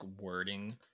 wording